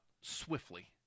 swiftly